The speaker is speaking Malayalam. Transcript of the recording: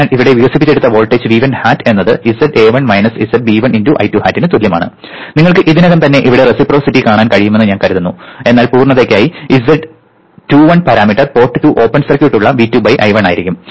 അതിനാൽ ഇവിടെ വികസിപ്പിച്ചെടുത്ത വോൾട്ടേജ് V1 hat എന്നത് zA1 minus zB1 × I2 hat നു തുല്യമാണ് നിങ്ങൾക്ക് ഇതിനകം തന്നെ ഇവിടെ റെസിപ്രൊസിറ്റി കാണാൻ കഴിയുമെന്ന് ഞാൻ കരുതുന്നു എന്നാൽ പൂർണതയ്ക്കായി z21 parameter port 2 open circuit ഉള്ള V2 I1 ആയിരിക്കും